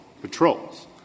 patrols